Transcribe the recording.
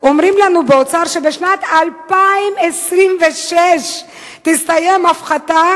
אומרים לנו באוצר שבשנת 2026 תסתיים ההפחתה